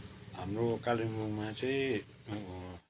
हाम्रो कालिम्पोङमा चाहिँ